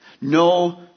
No